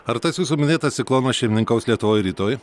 ar tas jūsų minėtas ciklonas šeimininkaus lietuvoj ir rytoj